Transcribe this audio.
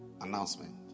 Announcement